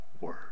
Word